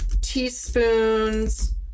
teaspoons